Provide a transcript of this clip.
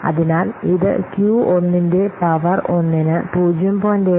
അതിനാൽ ഇത് Q 1 ന്റെ പവർ 1 ന് 0